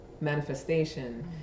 manifestation